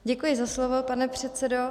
Děkuji za slovo, pane předsedo.